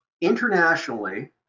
internationally